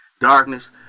darkness